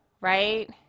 right